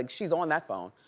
like she's on that phone.